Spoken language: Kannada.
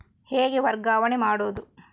ಹೇಗೆ ವರ್ಗಾವಣೆ ಮಾಡುದು?